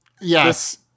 Yes